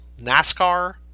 NASCAR